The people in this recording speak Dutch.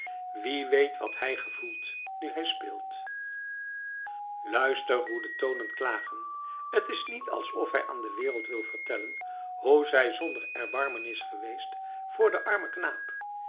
wie weet wat hij gevoelt nu hij speelt luister hoe de tonen klagen is t niet alsof hij aan de wereld wil vertellen hoe zij zonder erbarmen is geweest voor den armen knaap